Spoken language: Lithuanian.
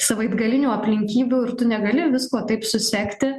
savaitgalinių aplinkybių ir tu negali visko taip susekti